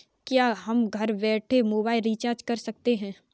क्या हम घर बैठे मोबाइल रिचार्ज कर सकते हैं?